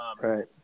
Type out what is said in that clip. right